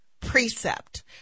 Precept